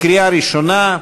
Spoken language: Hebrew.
קריאה ראשונה.